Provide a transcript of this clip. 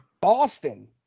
Boston